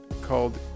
called